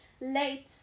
late